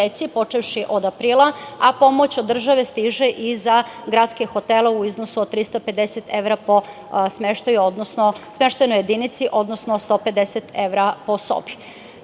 počevši od aprila, a pomoć od države stiže i za gradske hotele u iznosu od 350 evra po smeštaju, odnosno smeštajnoj jedinici, odnosno 150 evra po sobi. Treći